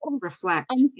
reflect